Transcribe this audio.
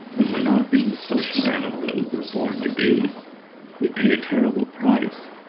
when we're not being the social animal that we were born to be we pay a terrible price.